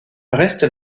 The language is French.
reste